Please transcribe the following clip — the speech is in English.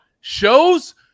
shows